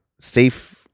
safe